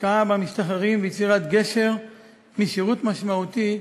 השקעה במשתחררים ויצירת גשר משירות משמעותי